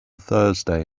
thursday